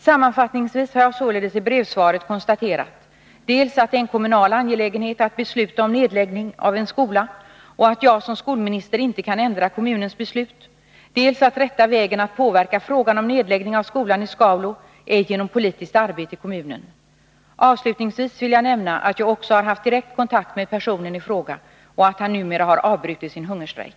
Sammanfattningsvis har jag således i brevsvaret konstaterat dels att det är en kommunal angelägenhet att besluta om nedläggning av en skola och att jag som skolminister inte kan ändra kommunens beslut, dels att rätta vägen att påverka frågan om nedläggning av skolan i Skaulo är genom politiskt arbete i kommunen. Avslutningsvis vill jag nämna att jag också har haft direkt kontakt med personen i fråga och att han numera har avbrutit sin hungerstrejk.